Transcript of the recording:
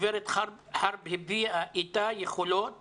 הגברת חרב הביאה איתה יכולות